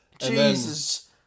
Jesus